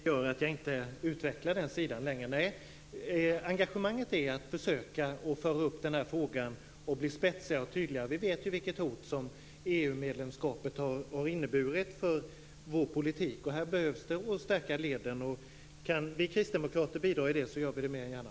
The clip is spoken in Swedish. Herr talman! Engagemanget är att försöka föra upp den här frågan och bli spetsigare och tydligare. Vi vet ju vilket hot som EU-medlemskapet har inneburit för vår politik. Här behövs det att leden stärks. Kan vi kristdemokrater bidra till det, gör vi det mer än gärna.